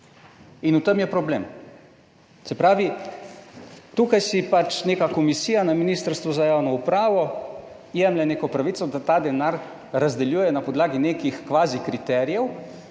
in v tem je problem. Se pravi, tukaj si neka komisija na Ministrstvu za javno upravo jemlje neko pravico, da ta denar razdeljuje na podlagi nekih kvazi kriterijev,